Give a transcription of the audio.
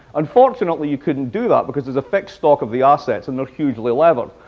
unfortunately, you couldn't do that, because there's a fixed stock of the assets. and they're hugely levered.